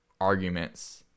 arguments